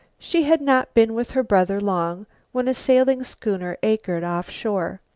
she had not been with her brother long when a sailing schooner anchored off shore.